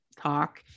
talk